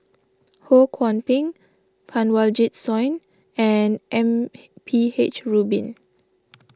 Ho Kwon Ping Kanwaljit Soin and M P H Rubin